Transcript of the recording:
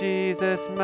Jesus